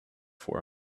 for